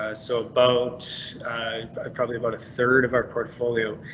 ah so about probably about a third of our portfolio.